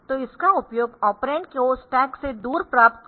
तो इसका उपयोग ऑपरेंड को स्टैक से दूर प्राप्त करने के लिए किया जाता है